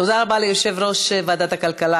תודה רבה ליושב-ראש ועדת הכלכלה,